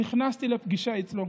נכנסתי לפגישה אצלו,